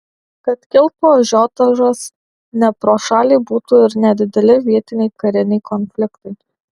kad kiltų ažiotažas ne pro šalį būtų ir nedideli vietiniai kariniai konfliktai